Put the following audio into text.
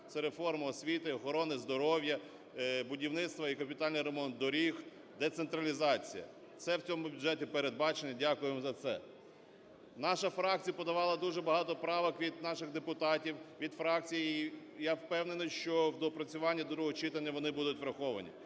Це реформи освіти, охорони здоров'я, будівництво і капітальний ремонт доріг, децентралізація. Це в цьому бюджеті передбачено. Дякуємо за це. Наша фракція подавала дуже багато правок від наших депутатів, від фракцій. І я впевнений, що в доопрацюванні другого читання вони будуть враховані.